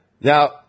Now